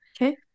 Okay